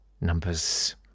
numbers